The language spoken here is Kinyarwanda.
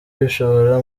bishoboka